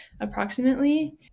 approximately